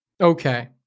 Okay